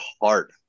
heart